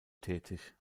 tätig